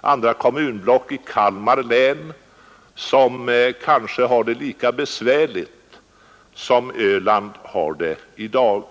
andra kommunblock i Kalmar län som kanske har det lika besvärligt som Öland har det i dag.